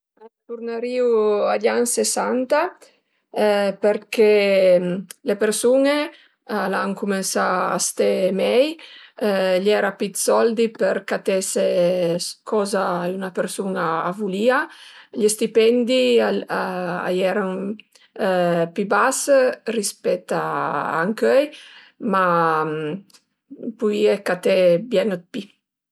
Turnarìu a gl'an sesanta përché le persun-e al an cumensà a ste mei, a iera pi 'd soldi per catese coza üna persun-a a vulìa, gli stipendi a ierën pi bas rispet a ënchöi, ma puìe caté bien 'd pi